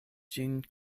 ĝin